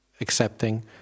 accepting